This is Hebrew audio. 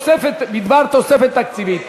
בדבר תוספת תקציבית.